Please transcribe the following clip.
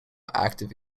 active